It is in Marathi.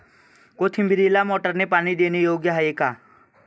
कोथिंबीरीला मोटारने पाणी देणे योग्य आहे का?